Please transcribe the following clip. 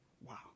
Wow